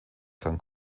kann